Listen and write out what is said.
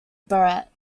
barrett